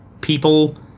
people